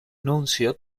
nuncio